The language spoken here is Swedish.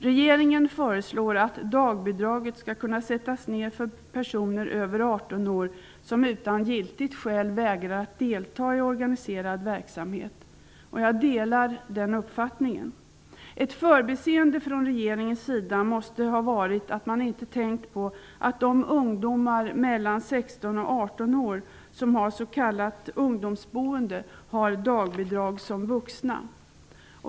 Regeringen föreslår att dagbidraget skall kunna sättas ner för personer över 18 år som utan giltigt skäl vägrar delta i organiserad verksamhet, och jag delar den uppfattningen. Ett förbiseende från regeringens sida måste ha varit att man inte tänkt på att de ungdomar mellan 16 och 18 år som bor i s.k. ungdomsboende har dagbidrag som vuxna.